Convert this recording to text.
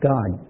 God